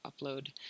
upload